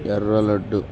ఎర్రలడ్డు